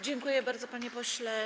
Dziękuję bardzo, panie pośle.